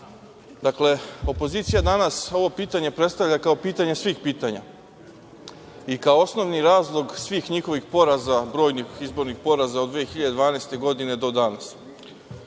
opozicija danas ovo pitanje predstavlja kao pitanje svih pitanja i kao osnovni razlog svih njihovih poraza, brojnih izbornih poraza od 2012. godine do danas.